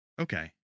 Okay